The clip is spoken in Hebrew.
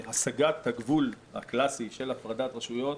בהשגת הגבול הקלאסי של הפרדת רשויות